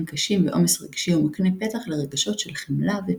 קשים ועומס רגשי ומקנה פתח לרגשות של חמלה ופיוס.